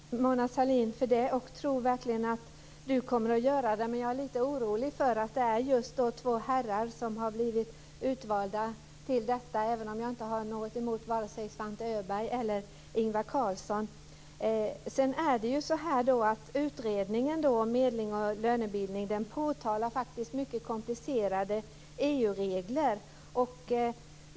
Fru talman! Jag vill tacka Mona Sahlin för det. Jag tror verkligen att Mona Sahlin kommer att göra det. Men jag är lite orolig för att det är just två herrar som har blivit utvalda till detta, även om jag inte har något emot vare sig Svante Öberg eller Ingvar Carlsson. Utredningen om medling och lönebildning påtalar att det finns mycket komplicerade EU-regler.